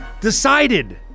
decided